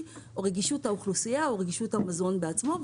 לתינוקות או רגישות האוכלוסייה או רגישות המזון בעצמו.